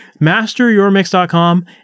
MasterYourMix.com